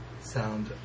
sound